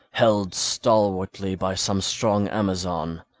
held stalwartly by some strong amazon.